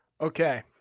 okay